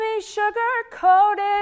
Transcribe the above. sugar-coated